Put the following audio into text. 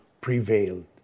prevailed